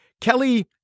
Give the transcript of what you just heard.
Kelly